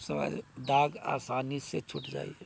सभ दाग आसानीसँ छूट जाइए